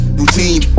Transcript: routine